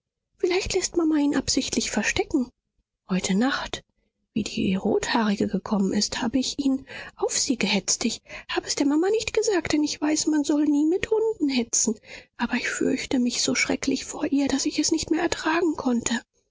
vielleicht läßt mama ihn absichtlich verstecken heute nacht wie die rothaarige gekommen ist habe ich ihn auf sie gehetzt ich habe es der mama nicht gesagt denn ich weiß man soll nie mit hunden hetzen aber ich fürchte mich so schrecklich vor ihr daß ich es nicht mehr ertragen konnte